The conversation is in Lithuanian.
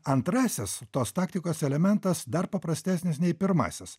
antrasis tos taktikos elementas dar paprastesnis nei pirmasis